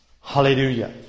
Hallelujah